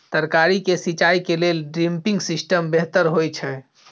तरकारी के सिंचाई के लेल ड्रिपिंग सिस्टम बेहतर होए छै?